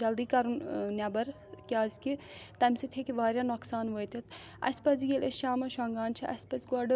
جلدی کَرُن نٮ۪بر کیازِ کہِ تَمہِ سۭتۍ ہیٚکہِ واریاہ نۄقصان وٲتِتھ اَسہِ پَزِ ییٚلہِ أسۍ شامَس شۄنٛگان چھِ اَسہِ پَزِ گۄڈٕ